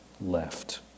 left